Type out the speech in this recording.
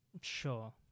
Sure